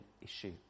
issue